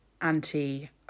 anti